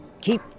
Keep